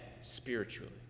spiritually